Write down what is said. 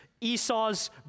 Esau's